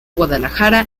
guadalajara